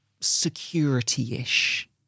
security-ish